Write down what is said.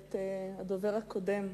את הדובר הקודם.